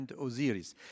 Osiris